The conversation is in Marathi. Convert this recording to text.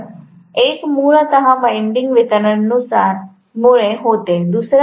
पहिले एक मूलत वाईन्डिन्ग वितरणामुळे होते